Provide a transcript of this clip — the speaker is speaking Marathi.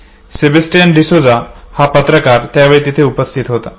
सेबॅस्टियन डिसोझा हा फोटो पत्रकार यावेळी तिथे उपस्थित होता